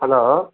hello